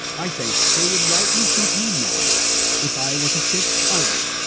i say they would rightly think me mad if i were to sit idle,